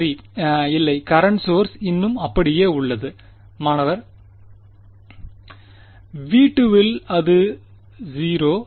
சரி இல்லை current source இன்னும் அப்படியே உள்ளது மாணவர் V2இல் அது 0